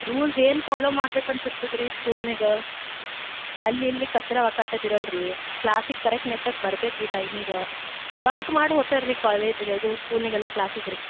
rules ಏನು follow ಮಾಡ್ಬೇಕು ಅಂತ ಇರ್ತದೆ ರೀ ಸ್ಕೂಲ್ನಾಗ ಅಲ್ಲಿಲ್ಲಿ ಕಚ್ರಾ ವಕಾಟದು ಇರಲ್ಲ ರೀ ಕ್ಲಾಸಿಗೆ ಕರೆಕ್ಟ್ ನೆಟ್ಟಗೆ ಬರ್ಬೇಕು ರೀ ಟೈಮಿಗೆ ಬಂಕ್ ಮಾಡಿ ಹೋತಾರೆ ರೀ ಕಾಲೇಜ್ ಇದು ಸ್ಕೂಲ್ನಾಗ ಎಲ್ಲ ಕ್ಲಾಸಸ್ ರೀ